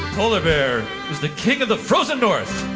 polar bear is the king of the frozen north.